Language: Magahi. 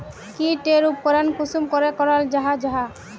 की टेर उपकरण कुंसम करे कराल जाहा जाहा?